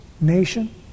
nation